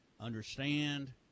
understand